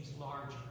larger